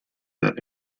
that